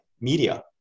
media